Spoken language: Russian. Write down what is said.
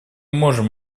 можем